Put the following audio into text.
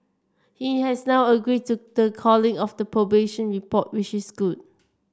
he has now agreed to the calling of the probation report which is good